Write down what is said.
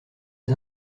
des